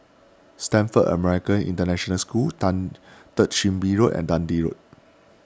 Stamford American International School Third Chin Bee Road and Dundee Road